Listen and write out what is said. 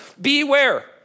Beware